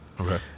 Okay